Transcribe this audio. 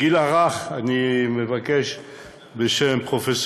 הגיל הרך, אני מבקש בשם פרופ'